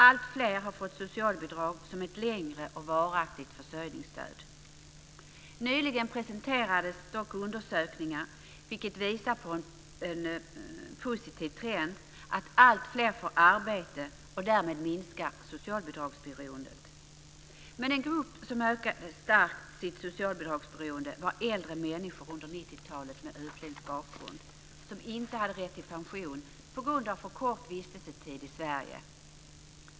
Alltfler har fått socialbidrag som ett längre och varaktigt försörjningsstöd. Nyligen presenterades dock undersökningar som visar på en positiv trend: Alltfler får arbete, och därmed minskar socialbidragsberoendet. En grupp som under 90-talet starkt ökade sitt socialbidragsberoende var äldre människor med utländsk bakgrund som inte hade rätt till pension på grund av för kort vistelsetid i Sverige.